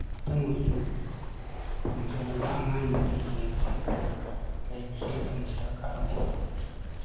ꯈꯤꯇꯪ ꯑꯣꯏꯁꯨ ꯐꯪꯖꯔꯒ ꯑꯉꯥꯡ ꯅꯨꯄꯤ ꯌꯦꯡꯁꯤꯟꯗꯅ ꯂꯩꯕꯁꯤ ꯌꯥꯝꯅ ꯗꯔꯀꯥꯔ ꯑꯣꯏ